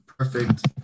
Perfect